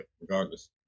regardless